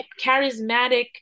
charismatic